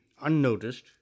unnoticed